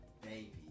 Baby